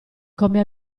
come